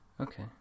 Okay